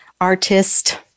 artist